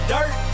Dirt